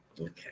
Okay